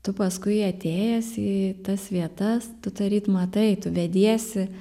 tu paskui atėjęs į tas vietas tu taryt matai tu vediesi